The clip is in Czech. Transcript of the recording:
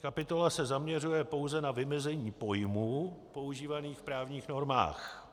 Kapitola se zaměřuje pouze na vymezení pojmů používaných v právních normách.